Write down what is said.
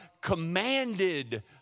commanded